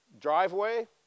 driveway